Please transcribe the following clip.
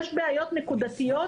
צהריים טובים.